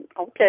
okay